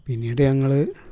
പിന്നീട് ഞങ്ങൾ